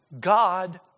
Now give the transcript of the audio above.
God